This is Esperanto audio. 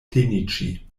teniĝi